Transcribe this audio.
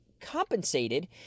compensated